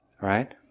right